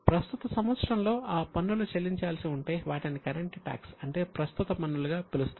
ప్రస్తుత సంవత్సరంలో ఆ పన్నులు చెల్లించాల్సి ఉంటే వాటిని కరెంట్ టాక్స్ అంటే ప్రస్తుత పన్నులుగా పిలుస్తారు